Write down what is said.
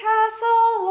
Castle